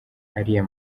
ariya